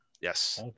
Yes